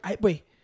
Wait